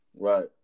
Right